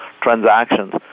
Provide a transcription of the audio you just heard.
transactions